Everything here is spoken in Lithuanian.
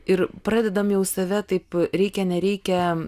ir pradedam jau save taip reikia nereikia